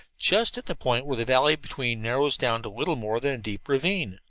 just at the point where the valley between narrows down to little more than a deep ravine.